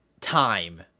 time